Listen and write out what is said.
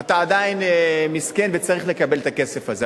אתה עדיין מסכן וצריך לקבל את הכסף הזה,